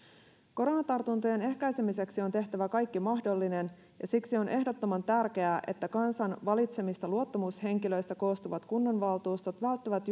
koronatartuntojen ehkäisemiseksi on tehtävä kaikki mahdollinen ja siksi on ehdottoman tärkeää että kansan valitsemista luottamushenkilöistä koostuvat kunnanvaltuustot välttävät